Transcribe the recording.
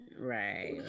Right